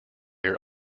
your